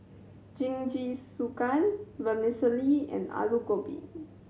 Jingisukan Vermicelli and Alu Gobi